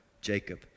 Jacob